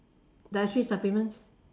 dietary supplements